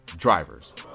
drivers